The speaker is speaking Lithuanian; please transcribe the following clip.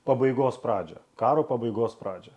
pabaigos pradžią karo pabaigos pradžią